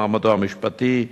מעמדו המשפטי.